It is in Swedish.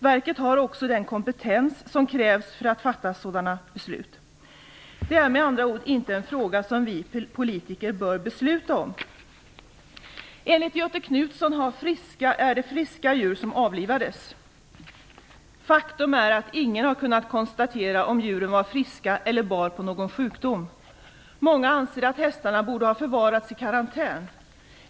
Verket har också den kompetens som krävs för att fatta sådana beslut. Det är med andra ord inte en fråga som vi politiker bör besluta om. Enligt Göthe Knutson var det friska djur som avlivades. Faktum är att ingen har kunnat konstatera om djuren var friska eller bar på någon sjukdom. Många anser att hästarna borde ha förvarats i karantän.